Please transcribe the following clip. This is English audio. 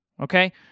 okay